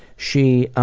she